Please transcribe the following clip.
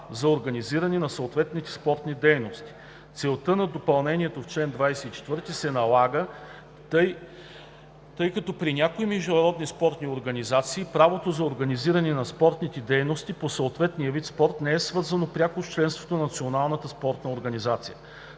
за организиране на съответните спортни дейности. Целта на допълнението в чл. 24 се налага, тъй като при някои международни спортни организации правото за организиране на спортните дейности по съответния вид спорт не е свързано пряко с членството на националната спортна организация.